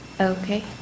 Okay